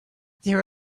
there